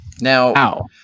Now